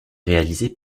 réalisé